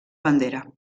bandera